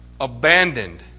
abandoned